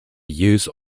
use